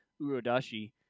Urodashi